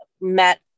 met